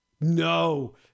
No